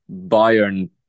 Bayern